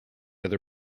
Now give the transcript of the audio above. other